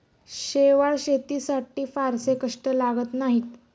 शेवाळं शेतीसाठी फारसे कष्ट लागत नाहीत